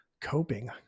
coping